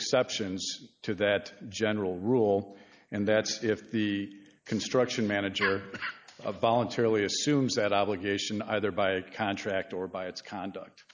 exceptions to that general rule and that's if the construction manager of voluntarily assumes that obligation either by contract or by its conduct